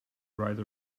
rise